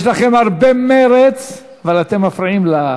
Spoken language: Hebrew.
יש לכם הרבה מרץ, אבל אתם מפריעים.